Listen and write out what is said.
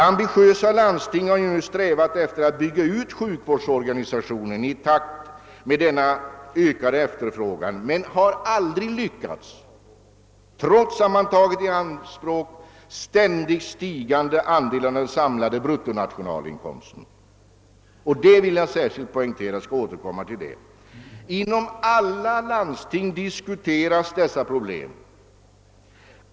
Ambitiösa landsting har strävat efter att bygga ut sjukvårdsorganisationen i takt med denna ökade efterfrågan, men har aldrig lyckats, trots att man tagit i anspråk ständigt stigande andel av den samlade bruttonationalinkomsten. Det vill jag särskilt poängtera, och jag skall återkomma till saken. Inom alla landsting diskuteras dessa problem.